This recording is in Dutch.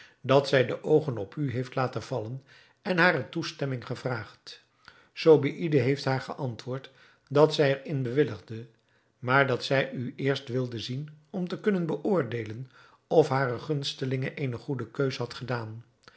dat zij de oogen op u heeft laten vallen en hare toestemming gevraagd zobeïde heeft haar geantwoord dat zij er in bewilligde maar dat zij u eerst wilde zien om te kunnen beoordeelen of hare gunstelinge eene goede keuze had gedaan